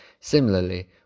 Similarly